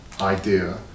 idea